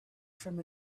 from